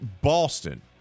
Boston